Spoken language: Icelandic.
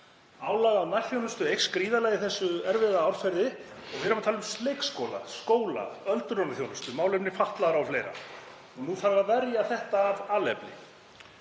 Álag á nærþjónustu eykst gríðarlega í þessu erfiða árferði og við erum að tala um leikskóla, skóla, öldrunarþjónustu, málefni fatlaðra o.fl. Nú þarf að verja þetta af alefli.